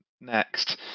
next